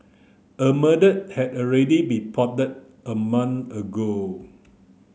a murder had already been plotted a month ago